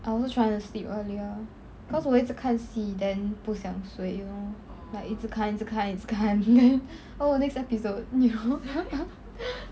I also trying to sleep earlier cause 我一直看戏 then 不想睡 you know like 一直看一直看一直看 oh next episode you know